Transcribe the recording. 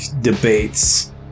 Debates